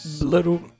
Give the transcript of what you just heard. little